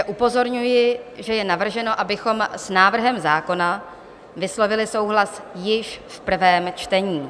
Upozorňuji, že je navrženo, abychom s návrhem zákona vyslovili souhlas již v prvém čtení.